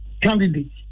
candidate